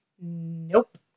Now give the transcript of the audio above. Nope